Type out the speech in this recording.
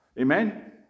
Amen